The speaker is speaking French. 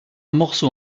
morceau